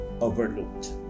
overlooked